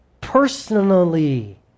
personally